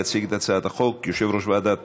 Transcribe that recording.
יציג את הצעת החוק יושב-ראש ועדת